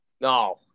No